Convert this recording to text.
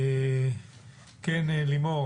כן, לימור.